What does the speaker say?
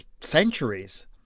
centuries